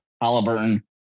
Halliburton